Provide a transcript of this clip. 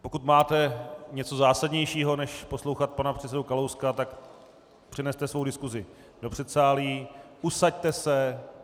Pokud máte něco zásadnějšího než poslouchat pana předsedu Kalouska, tak přeneste svou diskusi do předsálí, usaďte se.